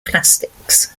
plastics